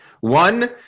One